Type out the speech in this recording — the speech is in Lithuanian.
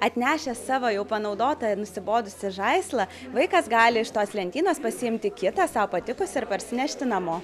atnešęs savo jau panaudota ir nusibodusį žaislą vaikas gali iš tos lentynos pasiimti kitą sau patikusį ir parsinešti namo